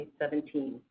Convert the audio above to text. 2017